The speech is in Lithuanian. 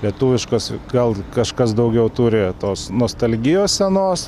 lietuviškos gal kažkas daugiau turi tos nostalgijos senos